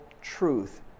truth